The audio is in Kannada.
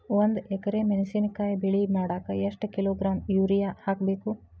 ಒಂದ್ ಎಕರೆ ಮೆಣಸಿನಕಾಯಿ ಬೆಳಿ ಮಾಡಾಕ ಎಷ್ಟ ಕಿಲೋಗ್ರಾಂ ಯೂರಿಯಾ ಹಾಕ್ಬೇಕು?